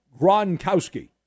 Gronkowski